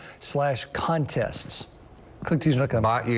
slash contests continue to come on.